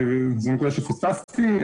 זו נקודה שפספסתי.